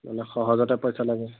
মানে সহজতে পইচা লাগে